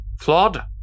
Flawed